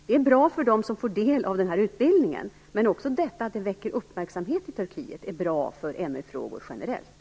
Det är bra för dem som får utbildningen, men det är också bra för MR-frågorna generellt att kurserna väcker uppmärksamhet.